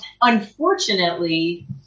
unfortunately